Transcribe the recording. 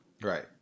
Right